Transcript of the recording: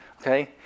Okay